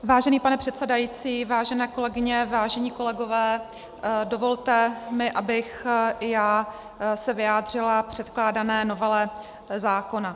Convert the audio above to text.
Vážený pane předsedající, vážené kolegyně, vážení kolegové, dovolte mi, abych i já se vyjádřila k předkládané novele zákona.